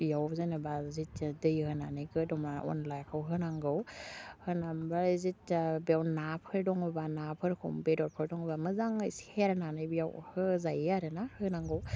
बेयाव जेनेबा जिथिया दै होनानै गोदौमा अनलाखौ होनांगौ होनामबाय जिथिया बेयाव नाफोर दङबा नाफोर खम बेदरफोर दङबा मोजाङै सेरनानै बेयाव होजायो आरोना होनांगौ